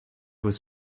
was